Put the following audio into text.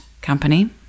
company